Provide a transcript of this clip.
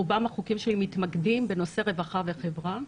רובם מתמקדים בנושא רווחה וחברה,